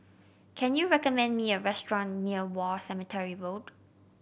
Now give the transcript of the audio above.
can you recommend me a restaurant near War Cemetery Road